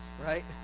right